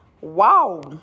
wow